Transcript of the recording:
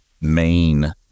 main